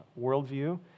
worldview